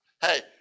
Hey